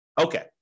Okay